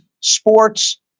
sports